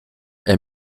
est